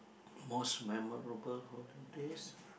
most memorable holidays